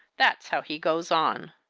that's how he goes on!